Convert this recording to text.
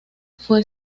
fue